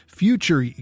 future